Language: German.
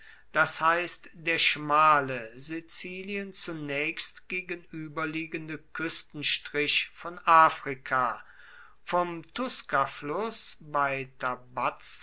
das heißt der schmale sizilien zunächst gegenüberliegende küstenstrich von afrika vom tuscafluß